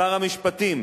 שר המשפטים